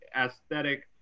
aesthetic